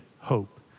hope